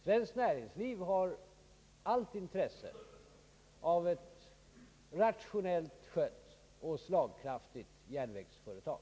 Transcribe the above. Svenskt näringsliv har allt intresse av ett rationellt skött och slagkraftigt järnvägsföretag.